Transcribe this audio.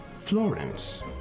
Florence